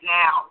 now